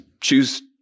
choose